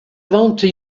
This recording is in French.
vente